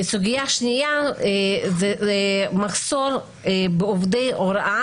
סוגיה שנייה זה מחסור בעובדי הוראה